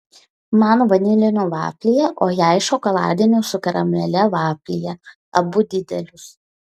man vanilinių vaflyje o jai šokoladinių su karamele vaflyje abu didelius